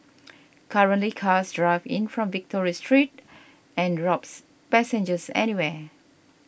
currently cars drive in from Victoria Street and drops passengers anywhere